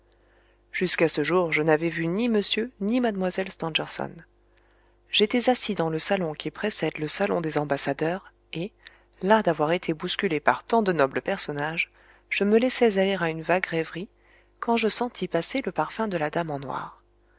jusqu'à ce jour je n'avais jamais vu ni m ni mlle stangerson j'étais assis dans le salon qui précède le salon des ambassadeurs et las d'avoir été bousculé par tant de nobles personnages je me laissais aller à une vague rêverie quand je sentis passer le parfum de la dame en noir